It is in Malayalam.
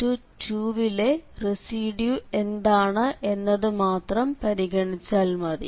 z0 യിലെ റെസിഡ്യൂ എന്താണ് എന്നതു മാത്രം നമ്മൾ പരിഗണിച്ചാൽ മതി